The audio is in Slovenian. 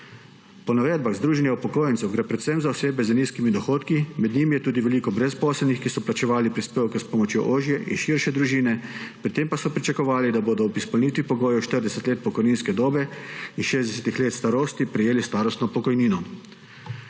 Po navedbah združenja upokojencev gre predvsem za osebe z nizkimi dohodki, med njimi je tudi veliko brezposelnih, ki so plačevali prispevke s pomočjo ožje in širše družine, pri tem pa so pričakovali, da bodo ob izpolnitvi pogojev 40 let pokojninske dobe in 60 let starosti prejeli starostno pokojnino.